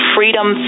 Freedom